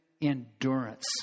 endurance